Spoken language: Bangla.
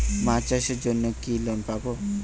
মাছ চাষের জন্য কি লোন পাব?